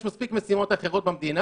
יש מספיק משימות אחרות במדינה,